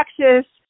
Texas